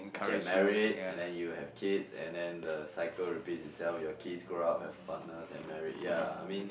you get married and then you have kids and then the cycle repeats itself your kids grow up have partners and married ya I mean